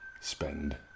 Spend